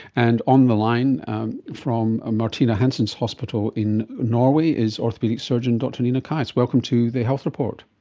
and on the line from martina hansens hospital in norway is orthopaedic surgeon dr nina kise. welcome to the health report.